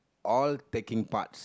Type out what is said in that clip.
all taking parts